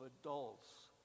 adults